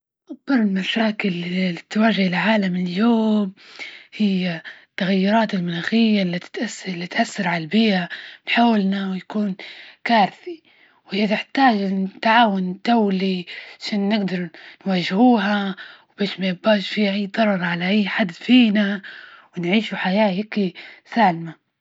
أكبر المشاكل اللى تواجه العالم اليوم هي التغيرات المناخية إللي تتأثر- إللي تأثر ع البيئة، نحاول أنه يكون كارثى، وهي تحتاج لل التعاون الدولي عشان نجدر نواجهوها بش ما يباش فيها أى ضرر على أى حد فينا، ونعيشو حياة هيكى سالمة.